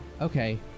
Okay